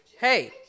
Hey